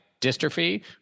dystrophy